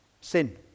sin